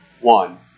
one